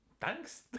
Thanks